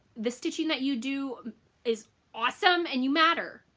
the stitching that you do is awesome, and you matter.